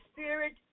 Spirit